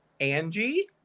Angie